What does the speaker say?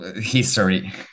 history